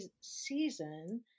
season